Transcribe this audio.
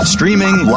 Streaming